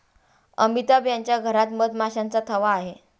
अमिताभ यांच्या घरात मधमाशांचा थवा आहे